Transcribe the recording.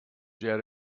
jet